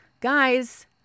guys